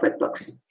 QuickBooks